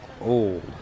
old